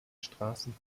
straßen